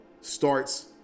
starts